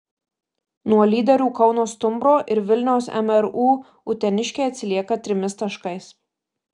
nuo lyderių kauno stumbro ir vilniaus mru uteniškiai atsilieka trimis taškais